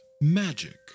magic